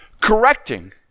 correcting